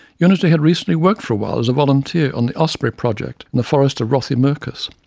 unity had recently worked for a while as a volunteer on the osprey project in the forest of rothiemurchus.